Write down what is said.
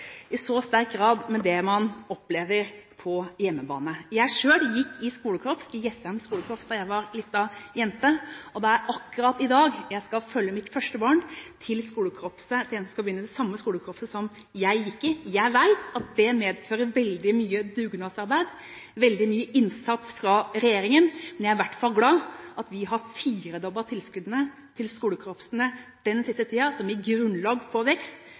i så sterk grad med det man opplever på hjemmebane. Jeg selv gikk i skolekorps, Jessheim skolekorps, da jeg var liten jente, og det er akkurat i dag jeg skal følge mitt første barn til skolekorpset, hun skal begynne i det samme skolekorpset som jeg gikk i. Jeg vet at det medfører veldig mye dugnadsarbeid, og veldig mye innsats fra regjeringen, men jeg er i hvert fall glad for at vi har firedoblet tilskuddene til skolekorpsene den siste tiden – noe som gir grunnlag for vekst.